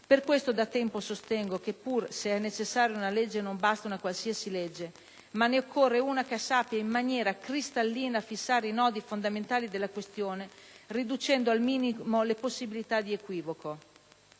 Per questo da tempo sostengo che, se pur è necessaria una legge, non basta una legge qualsiasi, ma ne occorre una che sappia in maniera cristallina fissare i nodi fondamentali della questione, riducendo al minimo le possibilità di equivoco.